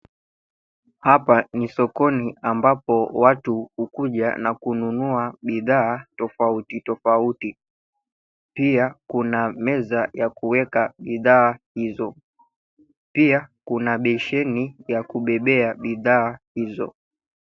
Hapa ni sokoni ambapo watu hukuja na kununua bidhaa tofauti tofauti. Pia kuna meza ya kuweka bidhaa hizo. Pia kuna besheni ya kubebea bidhaa hizo.